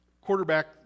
quarterback